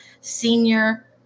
senior